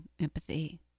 empathy